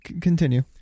Continue